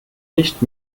nicht